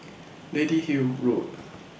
Lady Hill Road